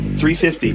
350